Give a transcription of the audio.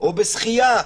או בשחייה.